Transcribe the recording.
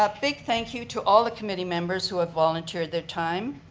ah big thank you to all the committee members who have volunteered their time.